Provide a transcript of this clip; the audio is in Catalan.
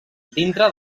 dintre